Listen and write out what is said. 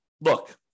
look